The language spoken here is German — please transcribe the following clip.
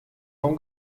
vom